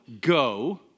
go